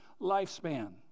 lifespan